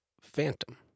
Phantom